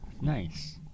Nice